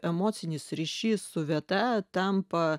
emocinis ryšys su vieta tampa